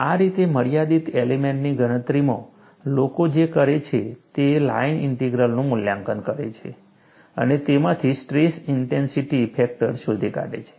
આ રીતે મર્યાદિત એલિમેન્ટની ગણતરીમાં લોકો જે કરે છે તે લાઇન ઇન્ટિગ્રલનું મૂલ્યાંકન કરે છે અને તેમાંથી સ્ટ્રેસ ઇન્ટેન્સિટી ફેક્ટર શોધી કાઢે છે